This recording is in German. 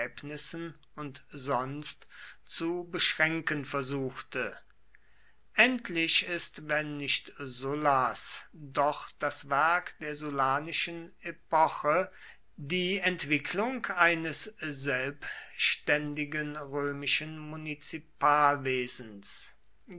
und sonst zu beschränken versuchte endlich ist wenn nicht sullas doch das werk der sullanischen epoche die entwicklung eines selbständigen